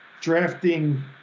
drafting